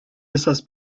esas